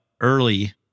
early